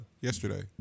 yesterday